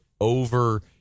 over